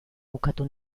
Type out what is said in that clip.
bukatu